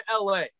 LA